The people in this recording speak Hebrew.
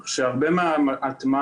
כך שהרבה מההטמעה